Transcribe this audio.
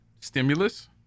Stimulus